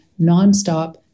nonstop